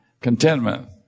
Contentment